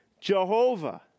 Jehovah